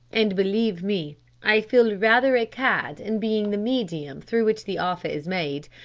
and believe me i feel rather a cad in being the medium through which the offer is made,